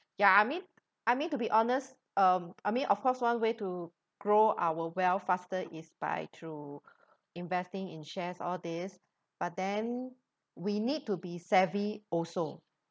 ya I mean I mean to be honest um I mean of course one way to grow our wealth faster is by through investing in shares all this but then we need to be savvy also